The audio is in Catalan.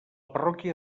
parròquia